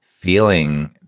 feeling